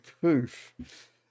proof